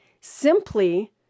simply